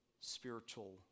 spiritual